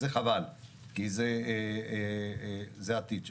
זה חבל, כי זה העתיד שלו.